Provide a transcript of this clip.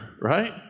Right